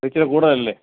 അത് ഇച്ചരി കൂടുതലല്ലേ